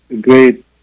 great